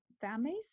families